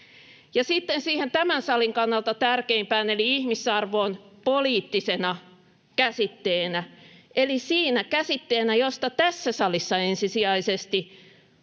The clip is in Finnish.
siihen tämän salin kannalta tärkeimpään eli ihmisarvoon poliittisena käsitteenä eli sinä käsitteenä, josta tässä salissa ensisijaisesti